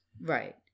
Right